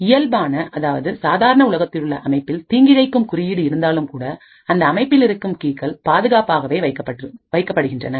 இயல்பான அதாவது சாதாரண உலகத்திலுள்ள அமைப்பில் தீங்கிழைக்கும் குறியீடு இருந்தாலும்கூட அந்த அமைப்பில் இருக்கும் கீகள் பாதுகாப்பாகவே வைக்கப்படுகின்றன